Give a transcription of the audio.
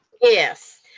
yes